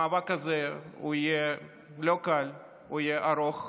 המאבק הזה יהיה לא קל, הוא יהיה ארוך,